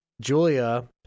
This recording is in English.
Julia